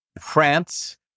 France